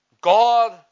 God